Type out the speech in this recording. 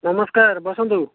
ନମସ୍କାର ବସନ୍ତୁ